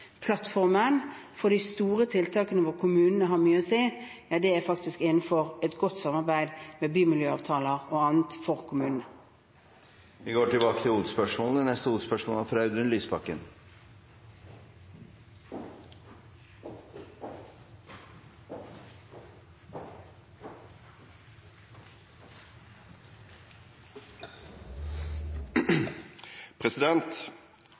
de store tiltakene, hvor kommunene har mye å si, er faktisk innenfor bymiljøavtaler og annet for kommunene. Vi går til neste hovedspørsmål. Det vi har sett de siste dagene, er noe som er mye mer enn bare kutt i bistand og klimafinansiering fra